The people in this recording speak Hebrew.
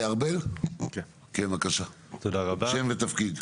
ארבל אלטשולר, בבקשה, שם ותפקיד.